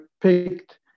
picked